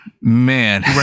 man